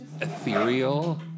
ethereal